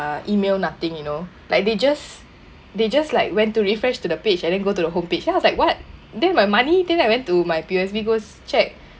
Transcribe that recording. ah email nothing you know like they just they just like went to refresh the page and then go to the homepage then I was like what then my money then I went to my P_O_S_B goes check